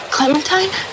Clementine